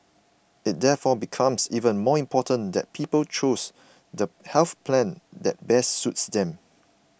it therefore becomes even more important that people choose the health plan that best suits them